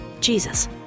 Jesus